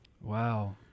Wow